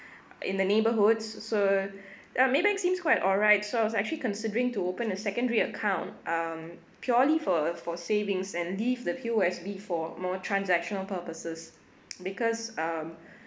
in the neighbourhoods so yeah Maybank seems quite alright so I was actually considering to open a secondary account um purely for for savings and leave the P_O_S_B for more transactional purposes because um